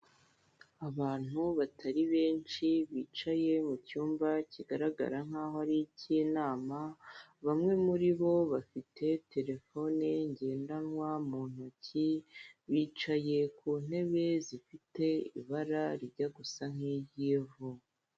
Abantu batari benshi bicyaye mu cymba, kigaragarako nkaho Ari iki inama. Bamwe mu ribo bifite telephone ngendenwa mu ntoki, bicaye kuntebe zifite ibira rijya gusa n'iryivu.